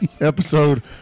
episode